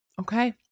Okay